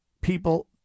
people